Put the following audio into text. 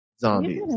zombies